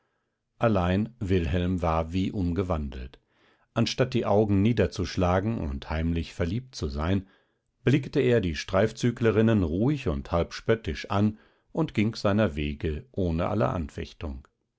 allein wilhelm war wie umgewandelt anstatt die augen niederzuschlagen und heimlich verliebt zu sein blickte er die streifzüglerinnen ruhig und halb spöttisch an und ging seiner wege ohne alle anfechtung